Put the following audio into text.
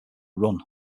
run